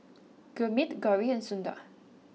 Gurmeet Gauri and Sundar